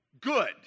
good